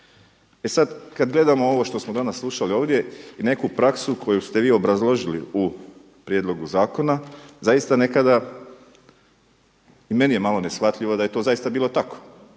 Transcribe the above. E sada kada gledamo ovo što smo danas slušali ovdje i neku praksu koju ste vi obrazložili u prijedlogu zakona, zaista nekada i meni je malo neshvatljivo da je to zaista bilo tako,